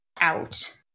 out